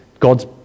God's